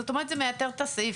זאת אומרת זה מייתר את הסעיף.